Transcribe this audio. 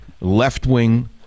left-wing